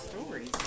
stories